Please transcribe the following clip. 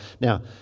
Now